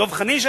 דב חנין,